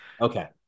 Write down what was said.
Okay